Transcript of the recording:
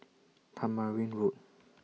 Tamarind Road